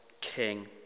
king